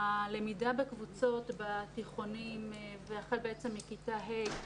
הלמידה בקבוצות בתיכונים והחל בעצם מכיתה ה'